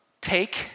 take